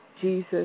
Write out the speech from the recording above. Jesus